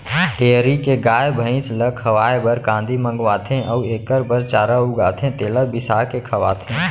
dairy के गाय, भँइस ल खवाए बर कांदी मंगवाथें अउ एकर बर चारा उगाथें तेला बिसाके खवाथें